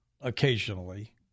occasionally